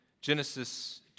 Genesis